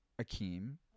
Akeem